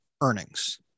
earnings